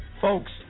Folks